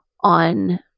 on